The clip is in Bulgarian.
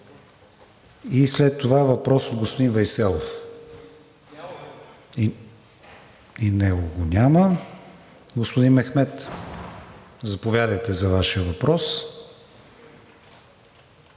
и след това въпрос от господин Вейселов – и него го няма. Господин Мехмед, заповядайте за Вашия въпрос.